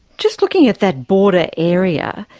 just looking at that border area,